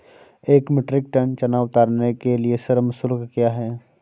एक metric ton चना उतारने के लिए श्रम शुल्क क्या है?